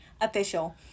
official